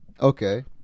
Okay